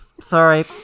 Sorry